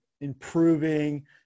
improving